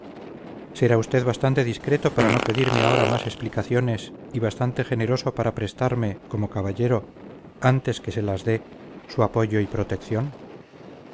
será usted bastante discreto para no pedirme ahora más explicaciones y bastante generoso para prestarme como caballero antes que se las dé su apoyo y protección